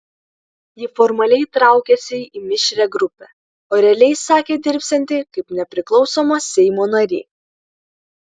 ji formaliai traukiasi į mišrią grupę o realiai sakė dirbsianti kaip nepriklausoma seimo narė